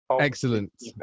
Excellent